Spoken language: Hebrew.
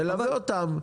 תלווה אותם,